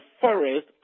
forest